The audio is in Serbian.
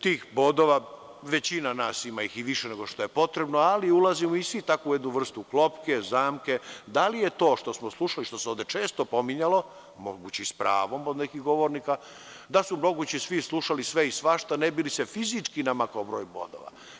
Tih bodova, većina nas ima i više nego što je potrebno, ali ulazimo svi u jednu takvu vrstu klopke, zamke, da li je to što smo slušali, što se ovde često pominjalo, moguće i s pravom od nekih govornika, da su moguće svi slušali sve i svašta ne bi li se fizički namakao broj bodova.